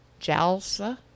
JALSA